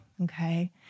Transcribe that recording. okay